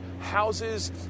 houses